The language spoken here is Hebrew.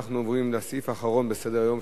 אנחנו עוברים לסעיף האחרון בסדר-היום,